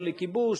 "לא לכיבוש",